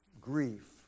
grief